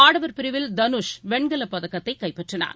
ஆடவர் பிரிவில் தனுஷ் வெண்கலப் பதக்கத்தைகைப்பற்றினார்